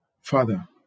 Father